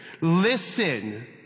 Listen